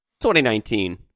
2019